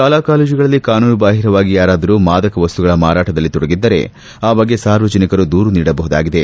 ಶಾಲಾ ಕಾಲೇಜುಗಳಲ್ಲಿ ಕಾನೂನುಬಾಹಿರವಾಗಿ ಯಾರಾದರು ಮಾದಕವಸ್ತುಗಳ ಮಾರಾಟದಲ್ಲಿ ತೊಡಗಿದ್ದರೆ ಆ ಬಗ್ಗೆ ಸಾರ್ವಜನಿಕರು ದೂರು ನೀಡಬಹುದಾಗಿದೆ